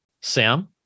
Sam